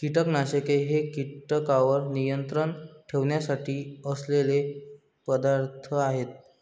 कीटकनाशके हे कीटकांवर नियंत्रण ठेवण्यासाठी असलेले पदार्थ आहेत